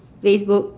facebook